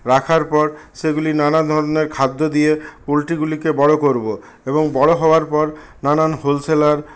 রাখার পর সেগুলি নানা ধরনের খাদ্য দিয়ে পোলট্রিগুলিকে বড়ো করবো এবং বড়ো হওয়ার পর নানান হোলসেলার